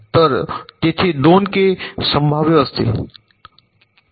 तर तेथे 2 के संभाव्य दोष असतील